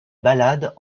ballades